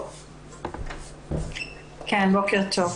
בוקר טוב.